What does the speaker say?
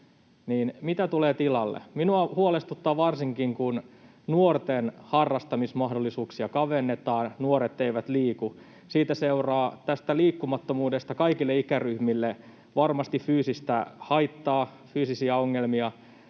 mitä tulee tilalle. Minua huolestuttaa varsinkin, kun nuorten harrastamismahdollisuuksia kavennetaan, nuoret eivät liiku. Tästä liikkumattomuudesta seuraa kaikille ikäryhmille varmasti fyysistä haittaa, fyysisiä ongelmia,